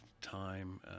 time